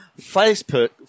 Facebook